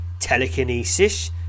Telekinesis